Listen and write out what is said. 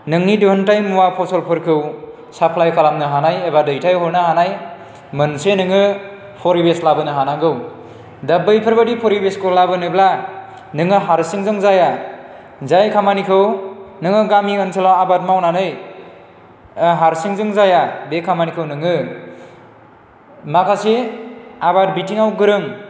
नोंनि दिहुन्थाइ मुवा फसलफोरखौ साफ्लाय खालामनो हानाय एबा दैथाइ हरनो हानाय मोनसे नोङो फरिबेस्ट लाबोनो हानांगौ दा बैफोरबायदि फरिबेस्टखौ लाबोनोब्ला नोङो हारसिंजों जाया जाय खामानिखौ नोङो गामि ओनसोलाव आबाद मावनानै हारसिंजों जाया बे खामानिखौ नोङो माखासे आबाद बिथिङाव गोरों